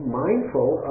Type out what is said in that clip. mindful